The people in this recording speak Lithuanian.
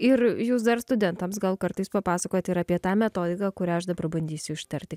ir jūs dar studentams gal kartais papasakojat ir apie tą metodiką kurią aš dabar bandysiu ištarti